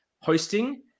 hosting